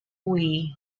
wii